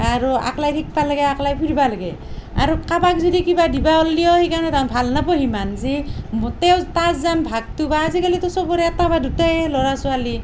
আৰু আকলাই শিকবা লাগে আকলাই ফুৰিবা লাগে আৰু কাৰবাক যদি কিবা দিবা ওললিও সি কাৰণে তাহাঁত ভাল নাপই সিমান যি মুটেও তাৰ যেন ভাগটো পাওঁ আজিকালিটো চবৰে এটা বা দুটায়ে ল'ৰা ছোৱালী